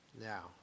Now